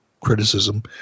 Criticism